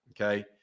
Okay